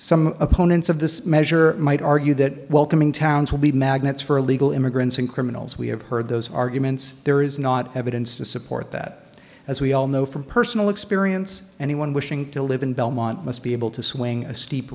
some opponents of this measure might argue that welcoming towns will be magnets for illegal immigrants and criminals we have heard those arguments there is not evidence to support that as we all know from personal experience anyone wishing to live in belmont must be able to swing a steep